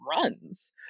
runs